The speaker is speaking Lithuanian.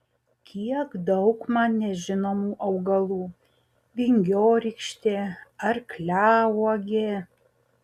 kiek daug man nežinomų augalų vingiorykštė arkliauogė